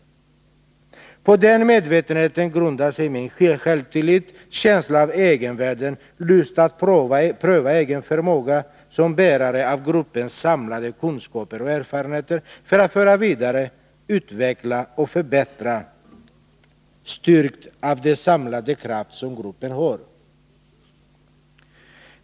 På den medvetenheten grundar sig min självtillit, känslan av egenvärde, lusten att pröva den egna förmågan som bärare av gruppens samlade kunskaper och erfarenheter, för att föra vidare, utveckla och förbättra, styrkt av den samlade kraft som gruppen har.